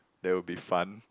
there will be fun